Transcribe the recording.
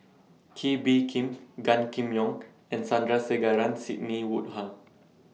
Kee Bee Khim Gan Kim Yong and Sandrasegaran Sidney Woodhull